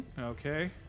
Okay